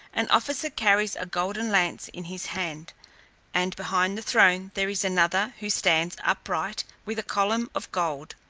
an officer carries a golden lance in his hand and behind the throne there is another, who stands upright, with a column of gold,